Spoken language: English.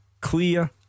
Clear